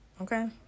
Okay